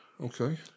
Okay